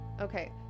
Okay